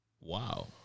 Wow